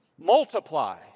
Multiply